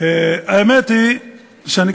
האמת היא שאני,